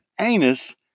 anus